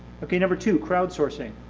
okay, number two, crowdsourcing.